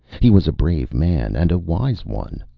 he was a brave man, and a wise one.